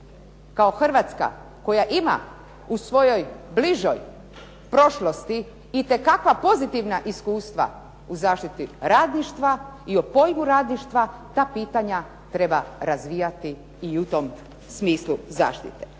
kao Hrvatska koja ima u svojoj bližoj prošlosti itekakva pozitivna iskustva u zaštiti radništva i o pojmu radništva ta pitanja treba razvijati i u tom smislu zaštite.